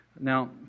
Now